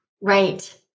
Right